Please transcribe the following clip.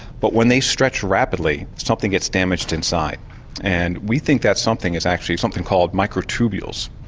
but when they stretch rapidly something gets damaged inside and we think that something is actually something called microtubules,